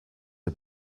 are